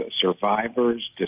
survivors